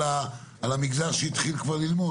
על המגזר שהתחיל כבר ללמוד,